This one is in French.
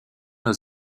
aux